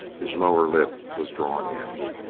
his lower lip was drawn in.